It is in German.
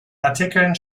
artikeln